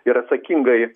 ir atsakingai